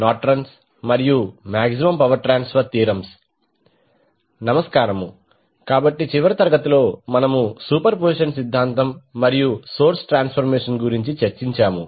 నమస్కారము కాబట్టి చివరి తరగతిలో మనము సూపర్ పొజిషన్ సిద్ధాంతం మరియు సోర్స్ ట్రాన్సఫర్మేషన్ గురించి చర్చించాము